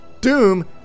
Doom